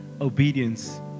obedience